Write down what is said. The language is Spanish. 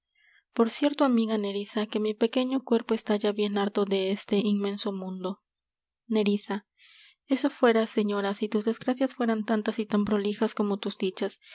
por cierto amiga nerissa que mi pequeño cuerpo está ya bien harto de este inmenso mundo nerissa eso fuera señora si tus desgracias fueran tantas y tan prolijas como tus dichas